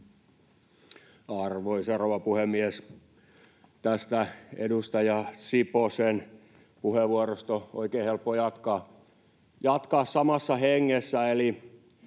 Arvoisa rouva puhemies! Tästä edustaja Siposen puheenvuorosta on oikein helppo jatkaa samassa hengessä,